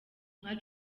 nka